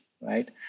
right